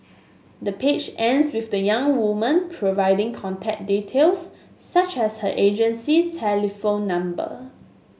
the page ends with the young woman providing contact details such as her agency telephone number